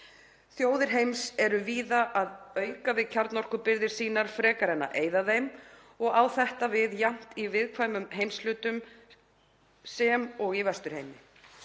Þjóðir heims eru víða að auka við kjarnorkubirgðir sínar frekar en að eyða þeim og á þetta við jafnt í viðkvæmum heimshlutum sem og í Vesturheimi.